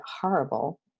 horrible